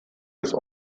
des